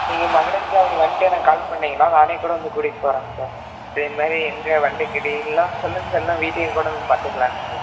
நீங்கள் மடஞ்சாவடி வந்துட்டு எனக்கு கால் பண்ணுனீங்கன்னா நானேக் கூட வந்து கூட்டிகிட்டு போகறேங்க சார் ஸோ இந்த மாதிரி எங்கையும் வண்டி கிடைக்குலின்னா சொல்லுங்கள் சார் இல்லைன்னா வீட்டுக்கே கூட வந்து பார்த்துக்கலாங்க சார்